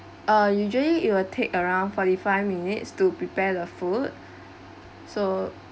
uh usually it will take around forty five minutes to prepare the food so